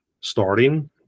starting